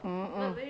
mm mm